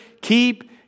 keep